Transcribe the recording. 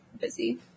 Busy